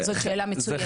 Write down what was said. זו שאלה מצוינת.